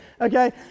okay